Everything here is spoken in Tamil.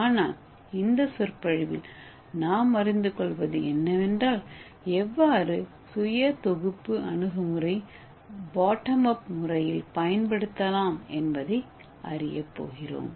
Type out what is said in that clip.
ஆனால் இந்த சொற்பொழிவில் நாம் அறிந்து கொள்வது என்னவென்றால் எவ்வாறு சுய தொகுப்பு அணுகுமுறை போட்டோம்அப் முறையில் எவ்வாறு பயன்படுத்தலாம் என்பதை அறியப் போகிறோம்